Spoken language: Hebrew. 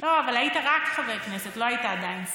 לא, אבל היית רק חבר כנסת, לא היית עדיין שר.